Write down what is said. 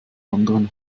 anderen